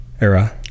era